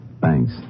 Thanks